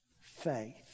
faith